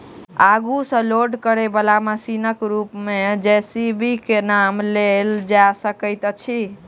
आगू सॅ लोड करयबाला मशीनक रूप मे जे.सी.बी के नाम लेल जा सकैत अछि